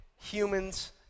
humans